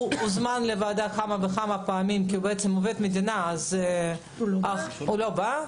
הוא הוזמן לוועדה כמה וכמה פעמים כי הוא בעצם עובד מדינה אך הוא לא בא.